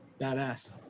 badass